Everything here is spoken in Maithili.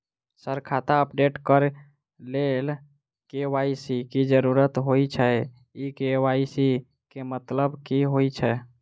सर खाता अपडेट करऽ लेल के.वाई.सी की जरुरत होइ छैय इ के.वाई.सी केँ मतलब की होइ छैय?